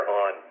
on